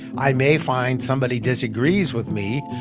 i may find somebody disagrees with me,